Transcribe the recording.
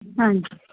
ਹਾਂਜੀ